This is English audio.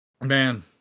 Man